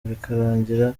bikarangira